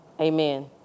Amen